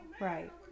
Right